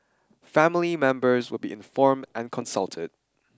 family members would be informed and consulted